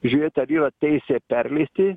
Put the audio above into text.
žiūrėti ar yra teisė perleisti